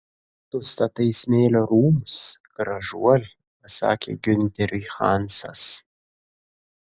tu statai smėlio rūmus gražuoli pasakė giunteriui hansas